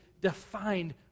defined